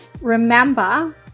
Remember